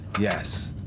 Yes